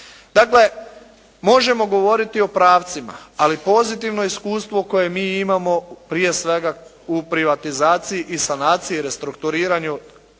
Dakle, možemo govoriti o pravcima, ali pozitivno iskustvo koje mi imamo prije svega u privatizaciji i sanaciji, restrukturiranju